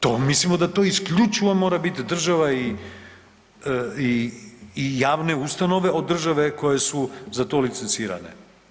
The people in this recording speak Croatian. To, mislimo da to isključivo mora bit država i javne ustanove od države koje su za to licencirane.